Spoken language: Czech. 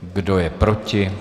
Kdo je proti?